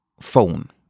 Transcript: phone